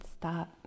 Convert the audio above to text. stop